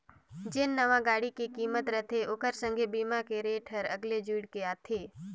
जेन नावां गाड़ी के किमत रथे ओखर संघे बीमा के रेट हर अगले जुइड़ के आथे